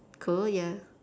cool ya